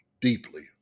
deeply